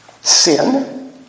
sin